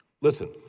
Listen